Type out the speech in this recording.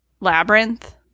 Labyrinth